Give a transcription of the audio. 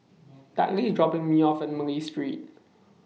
Dudley IS dropping Me off At Malay Street